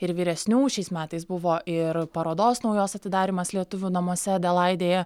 ir vyresnių šiais metais buvo ir parodos naujos atidarymas lietuvių namuose adelaidėje